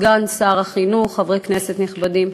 סגן שר החינוך, חברי כנסת נכבדים,